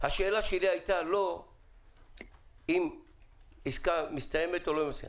השאלה שלי הייתה לא אם עסקה מסתיימת או לא מסתיימת.